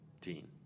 Gene